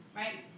right